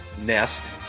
nest